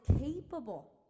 capable